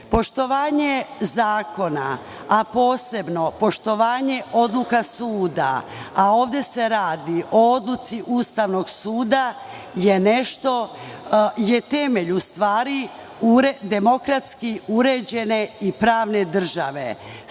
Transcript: zakona, a posebno poštovanje odluka suda, a ovde se radi o odluci Ustavnog suda je temelj demokratski uređene i pravne države.